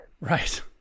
Right